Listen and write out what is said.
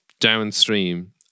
downstream